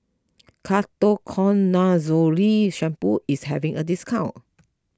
Ketoconazole Shampoo is having a discount